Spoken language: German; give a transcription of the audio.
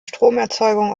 stromerzeugung